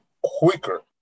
quicker